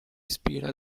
ispira